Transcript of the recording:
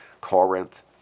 Corinth